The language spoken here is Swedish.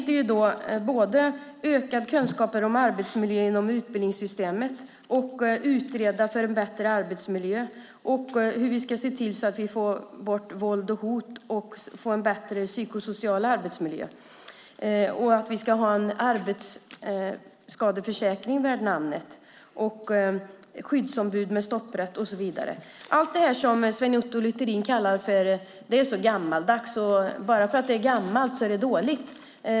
Det handlar om ökad kunskap om arbetsmiljö inom utbildningssystemet, om att man ska utreda för att få en bättre arbetsmiljö, om hur vi ska se till att vi får bort våld och hot och får en bättre psykosocial arbetsmiljö, om att vi ska ha en arbetsskadeförsäkring värd namnet och skyddsombud med stopprätt och så vidare. Allt det här säger Sven Otto Littorin är gammaldags. Och bara för att det är gammalt är det dåligt.